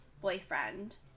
boyfriend